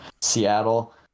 Seattle